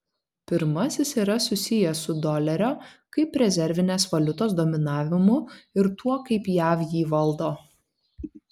pirmasis yra susijęs su dolerio kaip rezervinės valiutos dominavimu ir tuo kaip jav jį valdo